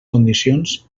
condicions